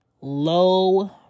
low